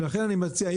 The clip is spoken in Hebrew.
ולכן אני מציע,